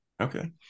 Okay